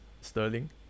Sterling